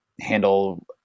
handle